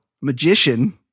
magician